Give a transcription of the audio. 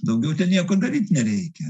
daugiau nieko daryt nereikia